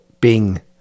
Bing